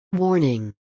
Warning